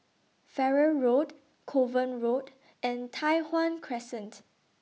Farrer Road Kovan Road and Tai Hwan Crescent